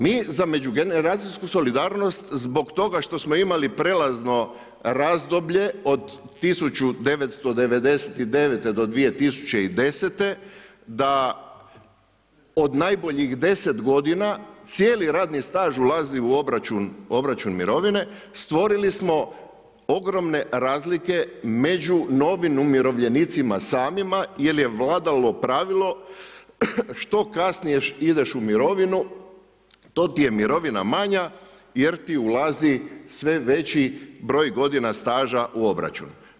Mi za međugeneracijsku solidarnost zbog toga što smo imali prijelazno razdoblje od 1999. do 2010. da od najboljih 10 godina cijeli radni staž ulazi u obračun mirovine stvorili smo ogromne razlike među novim umirovljenicima samima jer je vladalo pravilo što kasnije ideš u mirovinu to ti je mirovina manja jer ti ulazi sve veći broj godina staža u obračun.